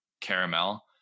Caramel